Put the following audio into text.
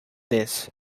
this